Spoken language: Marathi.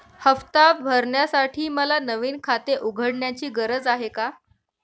हफ्ता भरण्यासाठी मला नवीन खाते उघडण्याची गरज आहे का?